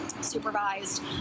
supervised